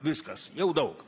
viskas jau daug